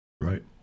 Right